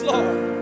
Lord